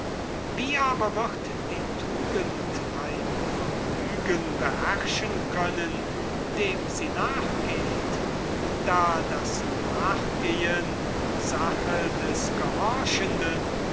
wie aber wird die tugend ein vergnügen beherrschen können dem sie nachgeht da das nachgehen sache des gehorchenden